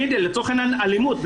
בעניין אלימות,